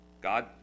God